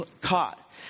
caught